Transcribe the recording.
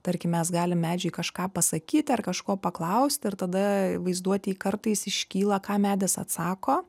tarkim mes galim medžiai kažką pasakyti ar kažko paklausti ir tada vaizduotėj kartais iškyla ką medis atsako